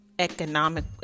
Economic